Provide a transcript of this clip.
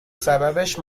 سببش